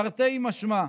תרתי משמע".